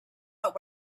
about